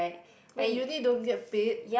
wait uni don't get paid